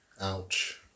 Ouch